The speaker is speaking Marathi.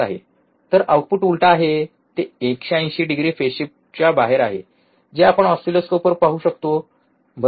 तर आउटपुट उलटा आहे ते 180 डिग्री फेज शिफ्टच्या बाहेर आहे जे आपण ऑसिलोस्कोपवर पाहू शकतो बरोबर